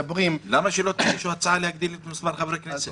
למה שלא תגישו הצעה להגדיל את מספר חברי הכנסת?